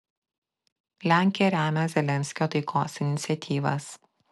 lenkija remia zelenskio taikos iniciatyvas